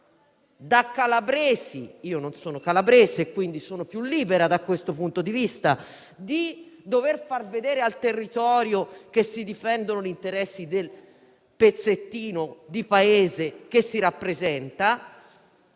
da calabresi (non essendolo, sono più libera, da questo punto di vista), di far vedere al territorio che si difendono gli interessi del pezzettino di paese che si rappresenta,